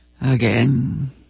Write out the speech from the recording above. Again